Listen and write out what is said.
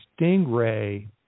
stingray